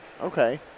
Okay